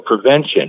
Prevention